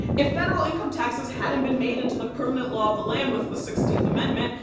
if federal income taxes hadn't been made into the permanent law of the land with the sixteenth amendment,